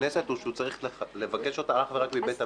לכנסת או שהוא צריך לבקש אותה אך ורק מבית המשפט?